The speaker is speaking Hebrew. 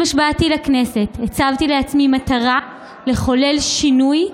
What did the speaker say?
עם השבעתי לכנסת הצבתי לעצמי מטרה לחולל שינוי,